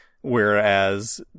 whereas